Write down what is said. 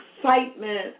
excitement